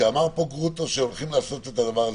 כשגרוטו אמר פה שהולכים לעשות את זה,